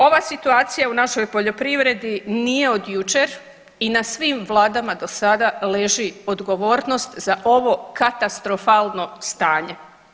Ova situacija u našoj poljoprivredi nije od jučer i na svim vladama do sada leži odgovornost za ovo katastrofalno stanje.